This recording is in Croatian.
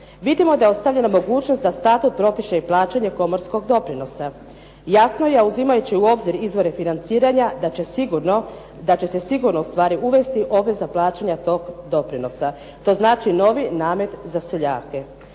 Vidimo da je ostavljena mogućnost da statut propiše i plaćanje komorskog doprinosa. Jasno je, a uzimajući u obzir izvore financiranja da će se sigurno ustvari uvesti obveza plaćanja tog doprinosa. To znači novi namet za seljake.